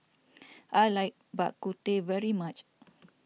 I like Bak Kut Teh very much